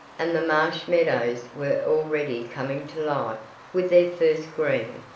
and the marsh meadows were already coming to life with their first green,